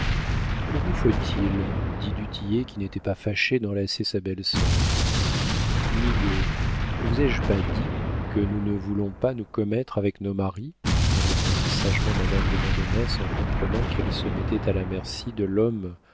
que vous faut-il dit du tillet qui n'était pas fâché d'enlacer sa belle-sœur nigaud ne vous ai-je pas dit que nous ne voulons pas nous commettre avec nos maris répondit sagement madame de vandenesse en comprenant qu'elle se mettait à la merci de l'homme